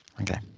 okay